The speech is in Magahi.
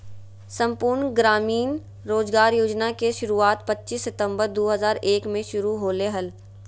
संपूर्ण ग्रामीण रोजगार योजना के शुरुआत पच्चीस सितंबर दु हज़ार एक मे शुरू होलय हल